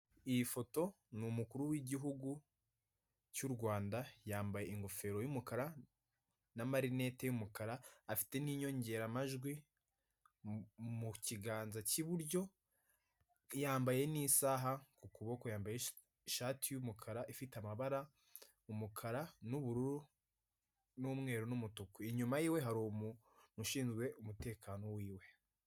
Iyi foto ni umukuru w'igihugu cy'u Rwanda, yambaye ingofero y'umukara na marinetti y'umukara, afite n'inyongeramajwi mu kiganza cy'iburyo, yambaye n'isaha ku kuboko, yambaye ishati y'umukara ifite amabara umukara n'ubururu n'umweru n'umutuku, inyuma yiwe hari umuntu ushinzwe umutekano wiwe.